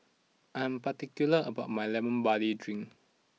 I am particular about my Lemon Barley Drink